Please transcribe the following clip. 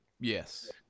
Yes